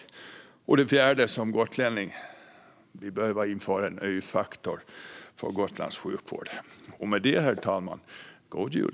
Den fjärde ingången nämner jag som gotlänning: Vi behöver införa en öfaktor för Gotlands sjukvård. Med detta, herr talman, önskar jag god jul.